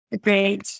Great